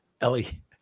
Ellie